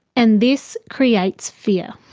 and this creates fear.